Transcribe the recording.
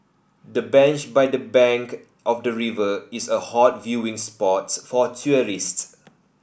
the bench by the bank of the river is a hot viewing spot for tourists